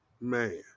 Man